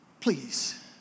please